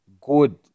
good